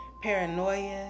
Paranoia